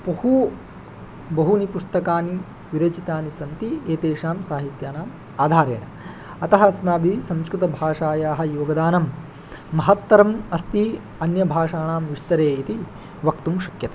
बहु बहूनि पुस्तकानि विरचितानि सन्ति एतेषां साहित्यानाम् आधारेण अतः अस्माभिः संस्कृतभाषायाः योगदानं महत्तरम् अस्ति अन्यभाषाणां विस्तरे इति वक्तुं शक्यते